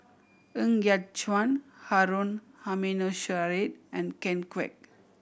Ng Yat Chuan Harun Aminurrashid and Ken Kwek